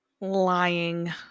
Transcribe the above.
Lying